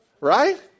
Right